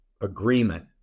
agreement